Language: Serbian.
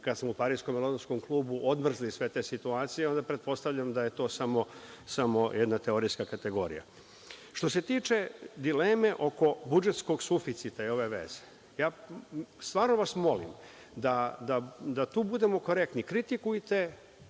kada smo u Pariskom i Londonskom klubu odmrzli sve te situacije, onda pretpostavljam da je to samo jedna teorijska kategorija. Što se tiče dileme oko budžetskog suficita, evo je veza. Stvarno vas molim da tu budemo korektni. Kritikujte,